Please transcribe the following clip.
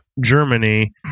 Germany